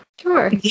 sure